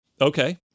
Okay